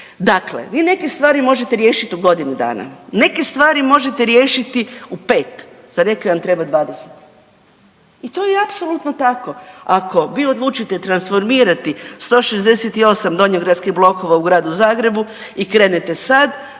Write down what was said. Dakle, vi neke stvari možete riješit u godinu dana, neke stvari možete riješiti u 5., za neke vam treba 20. i to je apsolutno tako. Ako vi odlučite transformirati 168 donjogradskih blokova u Gradu Zagrebu i krenete sad,